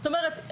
זאת אומרת,